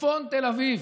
צפון תל אביב,